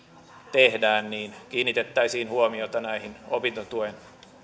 tehdään niin kiinnitettäisiin huomiota näihin opintotuen